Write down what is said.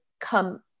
come